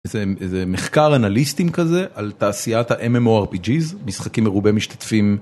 איזה מחקר אנליסטים כזה על תעשיית MMORPG ,משחקים מרובה משתתפים.